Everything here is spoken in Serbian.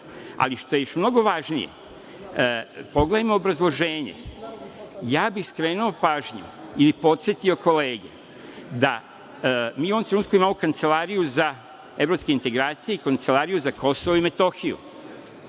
ali što je još mnogo važnije, pogledajmo obrazloženje, ja bih skrenuo pažnju i podsetio kolege da mi u ovom trenutku imamo Kancelariju za evropske integracije i Kancelariju za Kosovo i Metohiju.